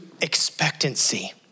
expectancy